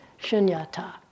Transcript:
shunyata